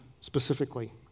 specifically